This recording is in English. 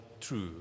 true